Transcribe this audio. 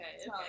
Okay